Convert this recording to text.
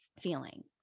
feeling